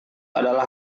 adalah